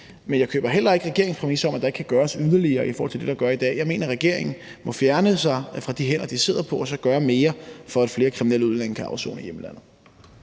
men jeg køber heller ikke regeringens præmis om, at der ikke kan gøres yderligere i forhold til det, man gør i dag. Jeg mener, at regeringen må fjerne sig fra de hænder, de sidder på, og så gøre mere for, at flere kriminelle udlændinge kan afsone i hjemlandet.